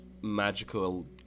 magical